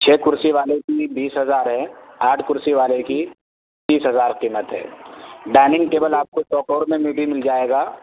چھ کرسی والے کی بیس ہزار ہے آٹھ کرسی والے کی تیس ہزار قیمت ہے ڈائننگ ٹیبل آپ کو چوکور میں بھی مل جائے گا